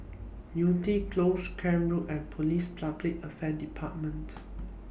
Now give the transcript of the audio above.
Yew Tee Close Camp Road and Police Public Affair department